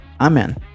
Amen